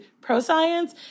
pro-science